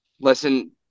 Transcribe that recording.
listen